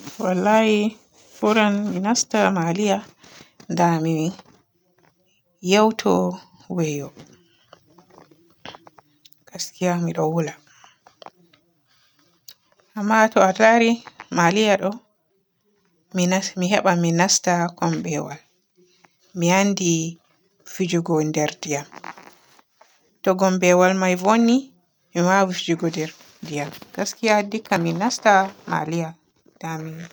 Wallahi buran mi nasta maliya da mi yewtu weyyo. Gaskiya mi ɗo huula, amma to a ndari maliya ɗo mi nas-mi heban mi nasta kumbewal. Mi anndi fijugo nder ndiyam. To kumbewal may vonni mi waawi fijigo nder ndiyam. Gaskiya dikka mi nasta maliya da mi.